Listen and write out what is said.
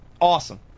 awesome